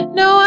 no